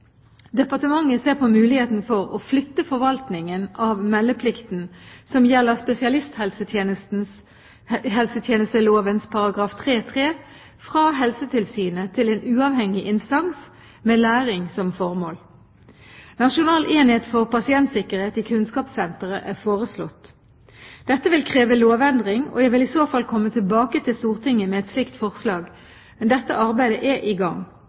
Departementet ser på muligheten for å flytte forvaltningen av meldeplikten som gjelder spesialisthelsetjenesteloven § 3-3 fra Helsetilsynet til en uavhengig instans med læring som formål. Nasjonal enhet for pasientsikkerhet i Kunnskapssenteret er foreslått. Dette vil kreve lovendring, og jeg vil i så fall komme tilbake til Stortinget med et slikt forslag, men dette arbeidet er i gang.